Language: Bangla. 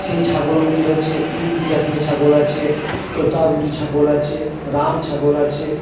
সেই ছাগলগুলি হচ্ছে ইউ পি জাতীয় ছাগল আছে তোতাপুরি ছাগল আছে রাম ছাগল আছে